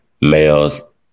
males